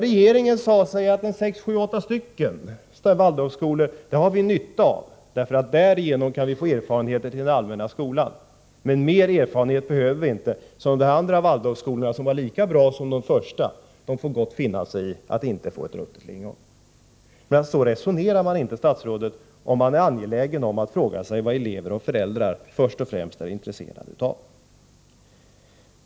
Regeringen sade sig då att man kunde ha nytta av sex, sju eller åtta Waldorfskolor för att därigenom kunna få erfarenheter till den allmänna skolan. Någon ytterligare erfarenhet behövde man inte, och därför fick de andra Waldorfskolorna — som var lika bra som de som erhöll bidrag — finna sig i att inte få ett ruttet lingon. Så resonerar man inte, statsrådet, om man är angelägen om att ta hänsyn till vad elever och föräldrar först och främst är intresserade av.